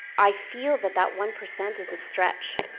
i feel that that one percent is a stretch.